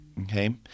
Okay